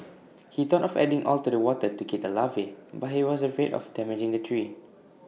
he thought of adding oil to the water to kill the larvae but he was afraid of damaging the tree